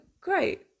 great